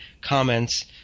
comments